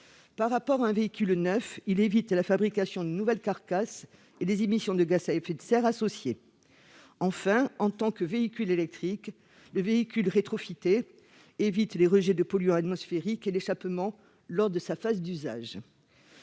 Par rapport à un véhicule neuf, il évite la fabrication de nouvelles carcasses et les émissions de gaz à effet de serre associées. Enfin, en tant que véhicule électrique, le véhicule rétrofité évite les rejets de polluants atmosphériques et d'échappement lors de sa phase d'usage.